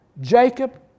Jacob